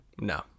no